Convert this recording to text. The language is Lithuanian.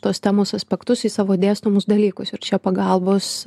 tos temos aspektus į savo dėstomus dalykus ir čia pagalbos